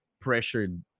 pressured